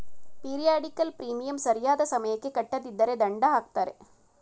periodical premium ಸರಿಯಾದ ಸಮಯಕ್ಕೆ ಕಟ್ಟದಿದ್ದರೆ ದಂಡ ಹಾಕ್ತರೆ